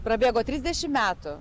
prabėgo trisdešim metų